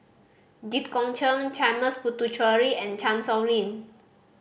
Jit Koon Ch'ng Puthucheary and Chan Sow Lin